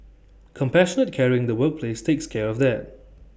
compassionate caring in the workplace takes care of that